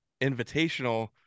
invitational